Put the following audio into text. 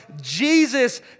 Jesus